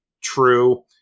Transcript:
true